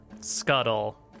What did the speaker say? Scuttle